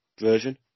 version